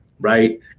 Right